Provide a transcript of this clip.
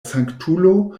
sanktulo